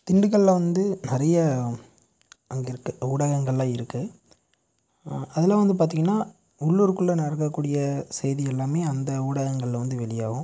திண்டுக்கலில் வந்து நிறைய அங்கே இருக்கற ஊடகங்கள்லாம் இருக்குது அதெல்லாம் வந்து பார்த்தீங்கன்னா உள்ளூருக்குள்ள நடக்கக்கூடிய செய்திகள் எல்லாம் வந்து அந்த ஊடகங்களில் வந்து வெளியாகும்